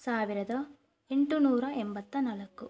ಸಾವಿರದ ಎಂಟು ನೂರ ಎಂಬತ್ತ ನಾಲ್ಕು